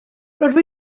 rydw